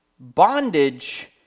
bondage